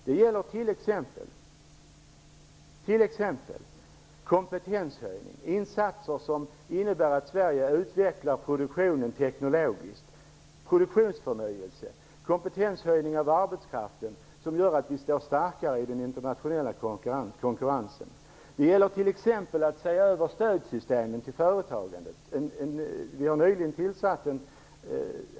Det gäller t.ex. kompetenshöjning, insatser som innebär att Sverige utvecklar produktionen teknologiskt, produktionsförnyelse, kompetenshöjning av arbetskraften som gör att vi står starkare i den internationella konkurrensen. Det gäller t.ex. att se över stödsystemen till företagen.